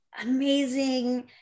amazing